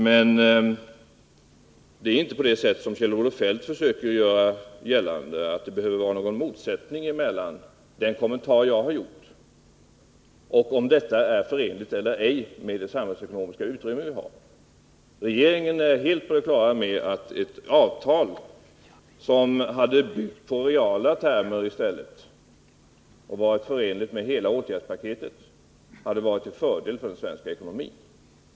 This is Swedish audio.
Jag vill dock säga att det inte är så som Kjell-Olof Feldt försöker göra gällande, att det behöver vara någon motsättning mellan den kommentar jag har gjort och frågan om avtalet är förenligt med det samhällsekonomiska utrymme vi har. Regeringen är på det klara med att ett avtal som i stället hade byggt på reala termer och varit förenligt med hela åtgärdspaketet hade varit till fördel för den svenska ekonomin.